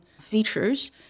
features